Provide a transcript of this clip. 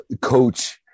coach